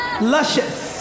luscious